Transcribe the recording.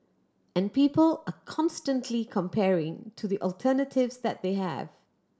and people are constantly comparing to the alternatives that they have